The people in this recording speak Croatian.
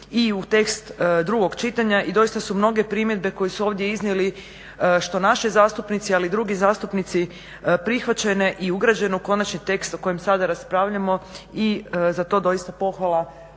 i u tekst drugog čitanja i doista su mnoge primjedbe koje su ovdje iznijeli što naši zastupnici ali i drugi zastupnici prihvaćen i ugrađene u konačni tekst u kojem sada raspravljamo i za to doista pohvala